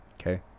okay